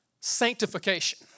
sanctification